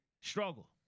Struggle